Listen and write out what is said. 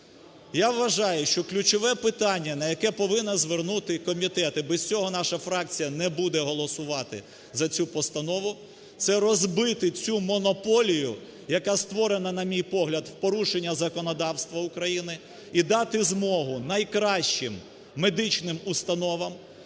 Я вважаю, що ключове питання, на яке повинен звернути і комітет, і без цього наша фракція не буде голосувати за цю постанову, – це розбити цю монополію, яка створена, на мій погляд, в порушення законодавства України, і дати змогу найкращим медичним установам,